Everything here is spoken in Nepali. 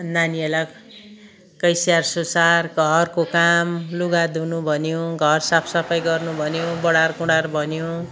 नानीहरूलाई कै स्याहार सुसार घरको काम लुगा धुनु भन्यो घर साफ सफाइ गर्नु भन्यो बढार कुँढार भन्यो